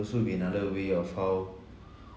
also be another way of how